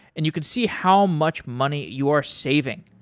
and you could see how much money you are saving.